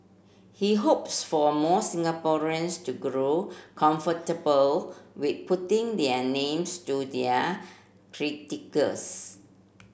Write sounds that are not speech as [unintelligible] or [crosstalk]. he hopes for more Singaporeans to grow comfortable with putting their names to their [unintelligible]